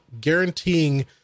guaranteeing